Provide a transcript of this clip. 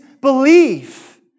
belief